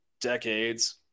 decades